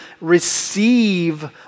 receive